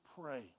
pray